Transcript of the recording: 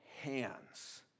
hands